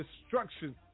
destruction